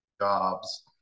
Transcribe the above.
jobs